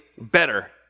better